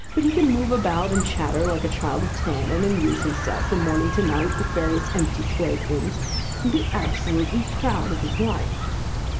but he can move about, and chatter like a child of ten, and amuse himself from morning to night with various empty playthings and be absolutely proud of his life!